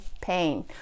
pain